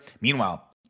Meanwhile